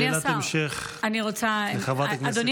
שאלת המשך לחברת הכנסת קטי שטרית.